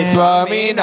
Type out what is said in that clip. Swami